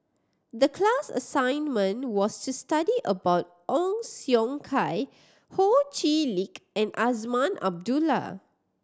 the class assignment was to study about Ong Siong Kai Ho Chee Lick and Azman Abdullah